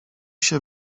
się